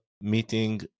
meeting